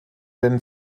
den